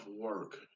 work